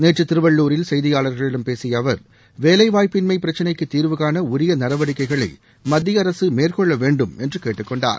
நேற்று திருவள்ளூரில் செய்தியாளர்களிடம் பேசிய அவர் வேலைவாய்ப்பின்மை பிரச்சினைக்குத் தீர்வுகாண உரிய நடவடிக்கைகளை மத்திய அரசு மேற்கொள்ளவேண்டும் என்று கேட்டுக்கொண்டார்